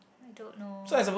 I don't know